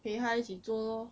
陪他一起做 lor